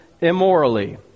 immorally